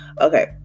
Okay